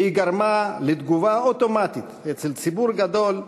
והיא גרמה לתגובה אוטומטית אצל ציבור גדול,